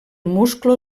musclo